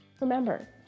Remember